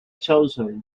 chosen